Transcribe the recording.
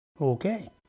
Okay